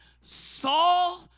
Saul